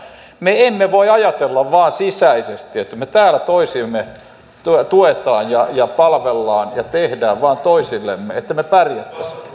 me emme voi ajatella vain sisäisesti että me täällä toisiamme tuemme ja palvelemme ja teemme vain toisillemme että me pärjäisimme